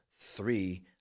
three